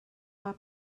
our